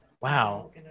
Wow